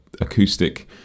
acoustic